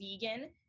vegan